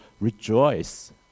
rejoice